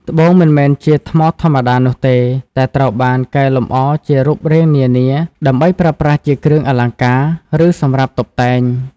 ត្បូងមិនមែនជាថ្មធម្មតានោះទេ តែត្រូវបានកែលម្អជារូបរាងនានា ដើម្បីប្រើប្រាស់ជាគ្រឿងអលង្ការ ឬសម្រាប់តុបតែង។